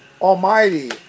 almighty